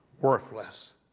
worthless